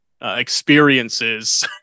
experiences